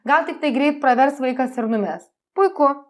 gal tiktai greit pravers vaikas ir numes puiku